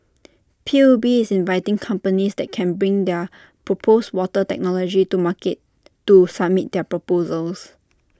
P U B is inviting companies that can bring their proposed water technology to market to submit their proposals